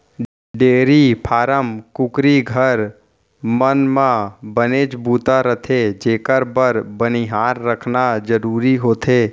dairy farm, कुकरी घर, मन म बनेच बूता रथे जेकर बर बनिहार रखना जरूरी होथे